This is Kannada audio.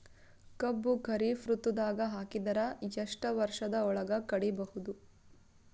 ಕಬ್ಬು ಖರೀಫ್ ಋತುದಾಗ ಹಾಕಿದರ ಎಷ್ಟ ವರ್ಷದ ಒಳಗ ಕಡಿಬಹುದು?